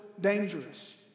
dangerous